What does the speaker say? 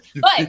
But-